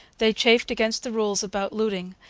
they chafed against the rules about looting,